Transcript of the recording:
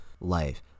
life